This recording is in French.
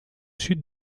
sud